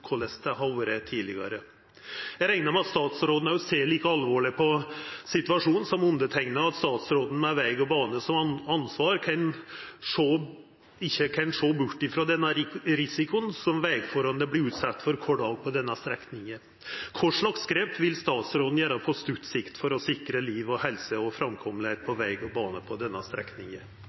det har vore tidlegare, vil skje. Eg reknar med at statsråden ser like alvorleg som underteikna på situasjonen, og at statsråden, som har ansvaret for veg og bane, ikkje kan sjå bort frå den risikoen som vegfarande vert utsette for kvar dag på denne strekninga. Kva slags grep vil statsråden gjera på stutt sikt for å sikra liv og helse og for å sikra at vegen og bana på denne strekninga